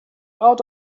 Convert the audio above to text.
out